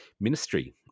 ministry